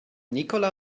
nikola